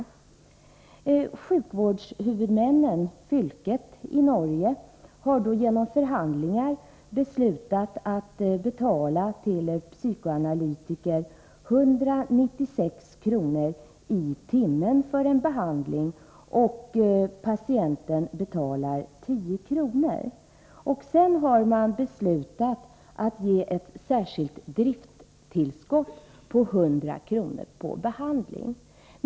Sjukvårdshuvudmännen, fylket, i Norge har genom förhandlingar beslutat att betala till psykoanalytiker 196 kr. i timmen för en behandling, och patienten betalar 10 kr. Sedan har man beslutat ge ett särskilt drifttillskott på 100 kr. för behandling.